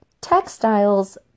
Textiles